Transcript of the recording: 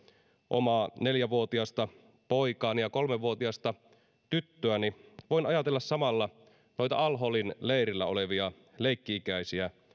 omaa neljävuotiasta poikaani ja kolmevuotiasta tyttöäni voin ajatella samalla noita al holin leirillä olevia leikki ikäisiä